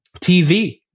TV